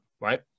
right